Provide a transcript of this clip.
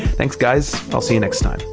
thanks guys, i'll see you next time!